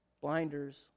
Blinders